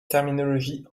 terminologie